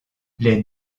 les